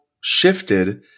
shifted